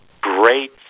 great